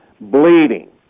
bleeding